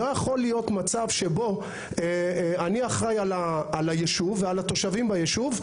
לא יכול להיות מצב שבו אני אחראי על היישוב ועל התושבים ביישוב,